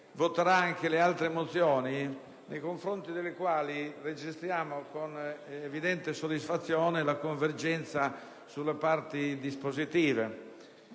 favore anche delle altre mozioni, nei confronti delle quali registriamo con viva soddisfazione la convergenza sulle parti dispositive.